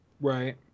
Right